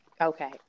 Okay